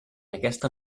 aquesta